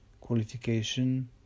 qualification